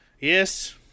Yes